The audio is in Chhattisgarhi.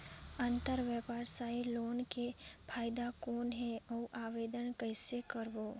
अंतरव्यवसायी लोन के फाइदा कौन हे? अउ आवेदन कइसे करव?